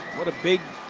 what a big